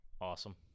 Awesome